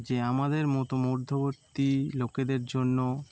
যে আমাদের মতো মর্ধ্যবর্তী লোকেদের জন্য